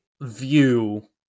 view